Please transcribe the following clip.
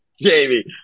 Jamie